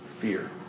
fear